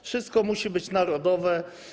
Wszystko musi być narodowe.